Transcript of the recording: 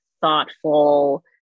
thoughtful